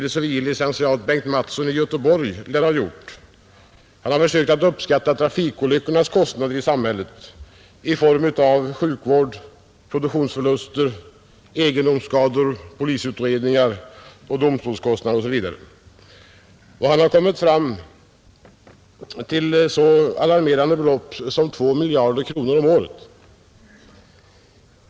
lic. Bengt Mattsson i Göteborg har försökt uppskatta vad trafikolyckorna kostar samhället i form av sjukvård, produktionsförluster, egendomsskador, polisutredningar, domstolsförfarande osv. Han har kommit fram till ett så alarmerande högt belopp som 2 miljarder kronor om året.